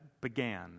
began